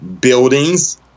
buildings